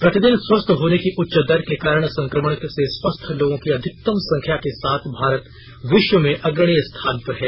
प्रतिदिन स्वस्थ होने की उच्च दर के कारण संक्रमण से स्वस्थ लोगों की अधिकतम संख्या के साथ भारत विश्व में अग्रणी स्थान पर है